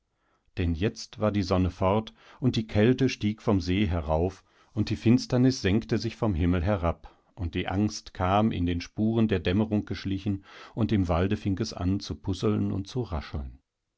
denn jetzt war die sonne fort und die kälte stieg vom see herauf und die finsternissenktesichvomhimmelherab unddieangstkamindenspuren der dämmerung geschlichen und im walde fing es an zu pusseln und zu rascheln